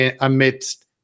amidst